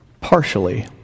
partially